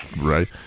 Right